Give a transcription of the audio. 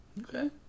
Okay